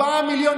4 מיליון,